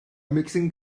mixing